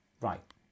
Right